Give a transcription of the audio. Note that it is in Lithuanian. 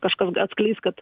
kažkas atskleis kad